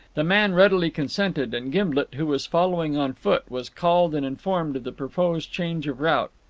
the man readily consented, and gimblet, who was following on foot, was called and informed of the proposed change of route.